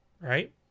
Right